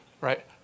Right